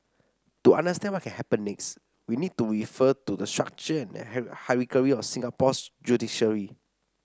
to understand what can happen next we need to refer to the structure and hierarchy of Singapore's judiciary